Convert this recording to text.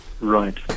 right